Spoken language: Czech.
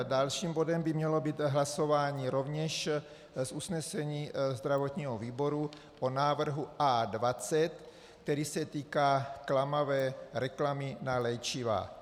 Dalším bodem by mělo být hlasování rovněž z usnesení zdravotního výboru o návrhu A20, který se týká klamavé reklamy na léčiva.